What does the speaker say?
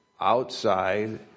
outside